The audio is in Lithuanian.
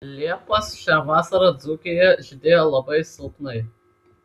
liepos šią vasarą dzūkijoje žydėjo labai silpnai